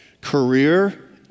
Career